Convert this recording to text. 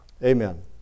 Amen